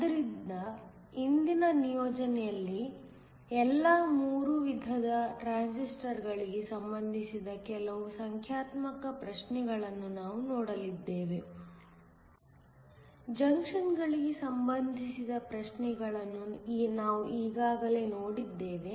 ಆದ್ದರಿಂದ ಇಂದಿನ ನಿಯೋಜನೆಯಲ್ಲಿ ಎಲ್ಲಾ ಮೂರು ವಿಧದ ಟ್ರಾನ್ಸಿಸ್ಟರ್ಗಳಿಗೆ ಸಂಬಂಧಿಸಿದ ಕೆಲವು ಸಂಖ್ಯಾತ್ಮಕ ಪ್ರಶ್ನೆಗಳನ್ನು ನಾವು ನೋಡಲಿದ್ದೇವೆ ಜಂಕ್ಷನ್ಗಳಿಗೆ ಸಂಬಂಧಿಸಿದ ಪ್ರಶ್ನೆಗಳನ್ನು ನಾವು ಈಗಾಗಲೇ ನೋಡಿದ್ದೇವೆ